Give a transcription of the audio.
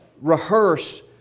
rehearse